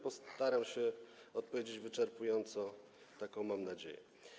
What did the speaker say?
Postaram się odpowiedzieć na nie wyczerpująco, taką mam nadzieję.